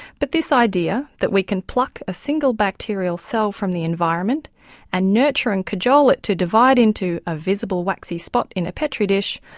but this idea that we can pluck a single bacterial cell from the environment and nurture and cajole it to divide into a visible waxy spot thing in a petri dish,